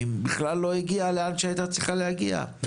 בכלל לא הגיעה לאן שהייתה צריכה להגיע,